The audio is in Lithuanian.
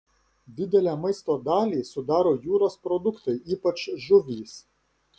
didelę maisto dalį sudaro jūros produktai ypač žuvys